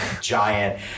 giant